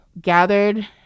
gathered